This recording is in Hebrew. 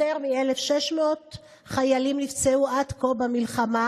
יותר מ-1,600 חיילים נפצעו עד כה במלחמה,